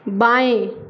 बाएँ